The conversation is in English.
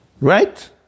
Right